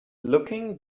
looking